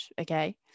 okay